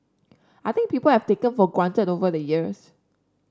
I think people have taken for granted over the years